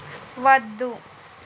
వద్దు